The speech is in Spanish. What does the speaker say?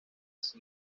sin